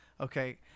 Okay